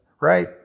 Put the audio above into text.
right